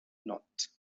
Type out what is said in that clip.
not